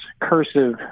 cursive